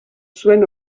zuen